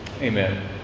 Amen